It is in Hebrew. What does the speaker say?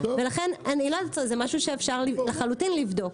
לכן --- זה משהו שאפשר לחלוטין לבדוק.